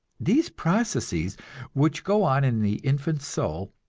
these processes which go on in the infant soul,